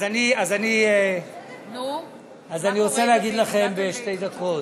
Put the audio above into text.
אז אני רוצה להגיד לכם בשתי דקות,